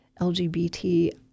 LGBT